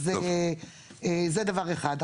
זה דבר אחד.